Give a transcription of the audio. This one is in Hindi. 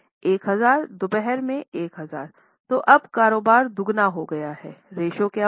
तो अब कारोबार दोगुना हो गया है रेश्यो क्या होगा